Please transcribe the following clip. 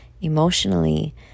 emotionally